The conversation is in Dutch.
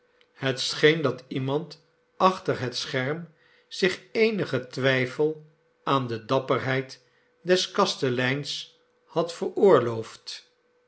het scheen dat iemand achter dat scherm zich eenigen twijfel aan de dapperheid des kasteleins had veroorloofd